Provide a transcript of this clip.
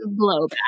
blowback